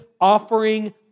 offering